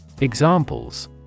Examples